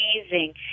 amazing